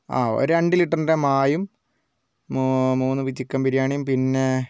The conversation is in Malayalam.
ആ ഒരു രണ്ട് ലിറ്ററിൻ്റെ മായും മൂ മൂന്ന് ചിക്കൻ ബിരിയാണിം പിന്നെ